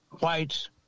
whites